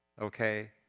Okay